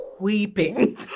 weeping